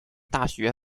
大学